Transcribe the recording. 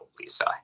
Lisa